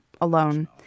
alone